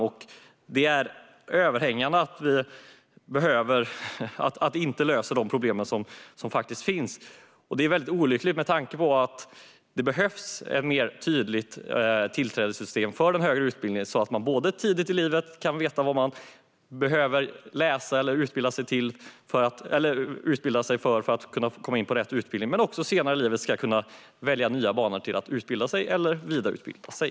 Det är ett överhängande problem att vi inte löser de problem som faktiskt finns. Det är väldigt olyckligt med tanke på att det behövs ett mer tydligt tillträdessystem för den högre utbildningen, så att man tidigt i livet vet vilken vad man behöver läsa för att komma in på en viss utbildning men också för att man senare i livet ska kunna välja en ny bana, att utbilda sig eller vidareutbilda sig.